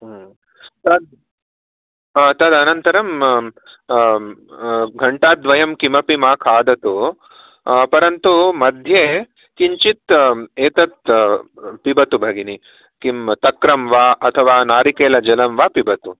तत् तदनन्तरम् घण्टाद्वयं किमपि मा खादतु परन्तु मध्ये किञ्चित् एतत् पिबतु भगिनि किं तक्रं वा अथवा नारिकेलजलं वा पिबतु